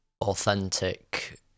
authentic